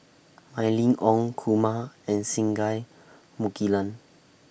Mylene Ong Kumar and Singai Mukilan